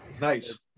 Nice